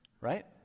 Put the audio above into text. right